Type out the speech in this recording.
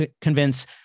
convince